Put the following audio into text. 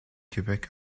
québec